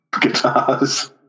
Guitars